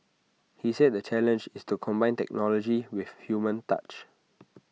he said the challenge is to combine technology with human touch